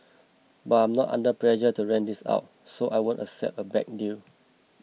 but I'm not under pressure to rent this out so I won't accept a bad deal